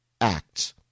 acts